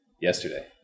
yesterday